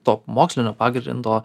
to mokslinio pagrindo